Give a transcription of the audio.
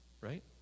Right